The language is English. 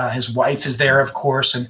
his wife is there, of course. and